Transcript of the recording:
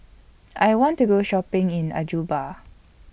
I want to Go Shopping in